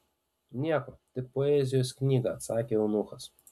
nieko tik poezijos knygą atsakė eunuchas